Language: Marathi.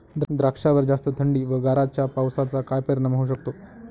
द्राक्षावर जास्त थंडी व गारांच्या पावसाचा काय परिणाम होऊ शकतो?